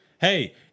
Hey